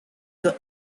way